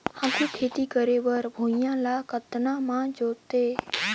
आघु खेती करे बर भुइयां ल कतना म जोतेयं?